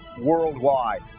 worldwide